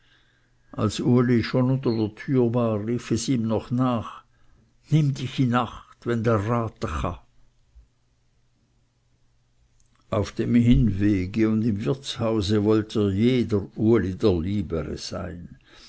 als uli schon unter der türe war rief es ihm noch nach nimm dich in acht wenn dr rate cha auf dem hinwege und im wirtshause wollte jeder uli der liebere sein